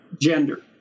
gender